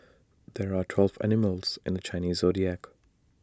there are twelve animals in the Chinese Zodiac